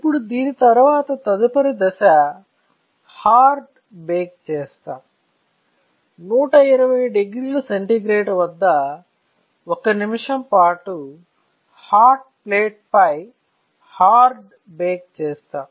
ఇప్పుడు దీని తరువాత తదుపరి దశ హార్డ్ బెక్ చేస్తాం 1200C వద్ద 1 నిమిషం పాటు హాట్ ప్లేట్ పై హార్డ్ బేక్ చేస్తాం